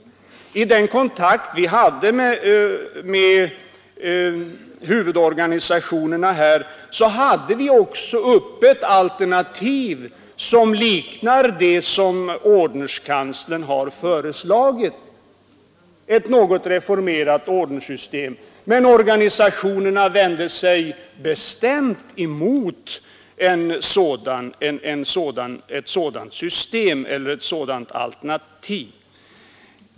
Vid den kontakt vi hade med huvudorganisationerna lade vi också fram ett alternativ med ett något reformerat ordenssystem som liknar det som ordenskanslern har föreslagit, men organisationerna vände sig bestämt emot ett sådant alternativ.